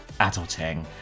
adulting